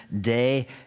day